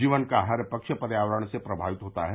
जीवन का हर पक्ष पर्यावरण से प्रभावित होता है